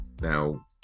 Now